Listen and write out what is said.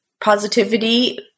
positivity